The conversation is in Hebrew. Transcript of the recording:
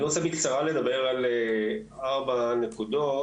אני רוצה בקצרה לדבר על ארבע נקודות,